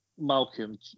Malcolm